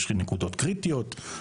יש לך נקודות קריטיות,